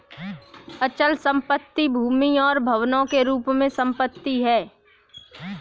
अचल संपत्ति भूमि और भवनों के रूप में संपत्ति है